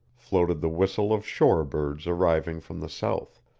floated the whistle of shore birds arriving from the south.